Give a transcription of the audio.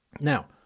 Now